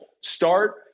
start